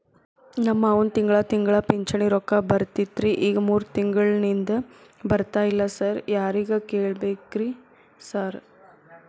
ನಮ್ ಮಾವಂದು ತಿಂಗಳಾ ತಿಂಗಳಾ ಪಿಂಚಿಣಿ ರೊಕ್ಕ ಬರ್ತಿತ್ರಿ ಈಗ ಮೂರ್ ತಿಂಗ್ಳನಿಂದ ಬರ್ತಾ ಇಲ್ಲ ಸಾರ್ ಯಾರಿಗ್ ಕೇಳ್ಬೇಕ್ರಿ ಸಾರ್?